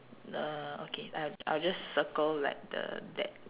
uh okay I I'll just circle like the that